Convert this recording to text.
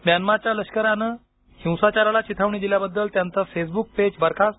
म्यानमाच्या लष्करानं हिंसाचाराला चिथावणी दिल्याबद्दल त्यांचं फेसबुक पेज बरखास्त